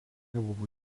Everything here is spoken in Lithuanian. buvo